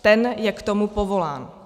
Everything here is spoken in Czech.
Ten je k tomu povolán.